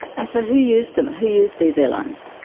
and so who used them? who used these airlines?